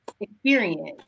experience